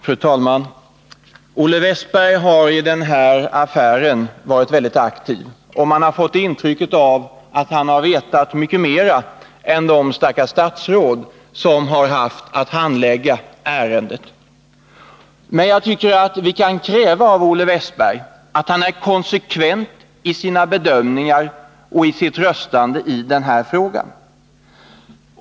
Fru talman! Olle Wästberg i Stockholm har i denna affär varit mycket aktiv, och man har fått intrycket att han har vetat mycket mera än de stackars statsråd som har haft att handlägga ärendet. Men jag tycker att vi kan kräva av Olle Wästberg att han är konsekvent i sina bedömningar och i sitt röstande i denna fråga.